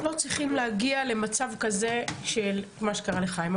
לא צריך להגיע למצב כזה של מה שקרה לחיים.